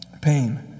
pain